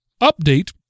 update